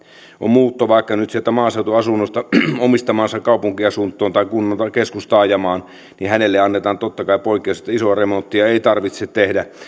on muutto vaikka nyt sieltä maaseutuasunnosta omistamaansa kaupunkiasuntoon tai keskustaajamaan annetaan totta kai poikkeus niin että isoa remonttia ei tarvitse tehdä ja